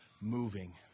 moving